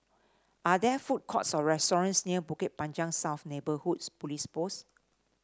are there food courts or restaurants near Bukit Panjang South Neighbourhood Police Post